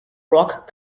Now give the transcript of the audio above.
rock